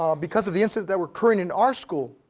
um because of the incident that were occurring in our school.